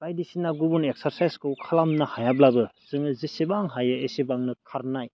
बायदिसिना गुबुन एक्सारसाइसखौ खालामनो हायाब्लाबो जेसेबां हायो एसेबांनो खारनाय